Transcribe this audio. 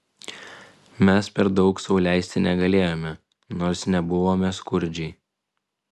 mes per daug sau leisti negalėjome nors nebuvome skurdžiai